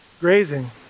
grazing